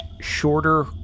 shorter